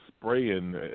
spraying